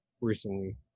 recently